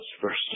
first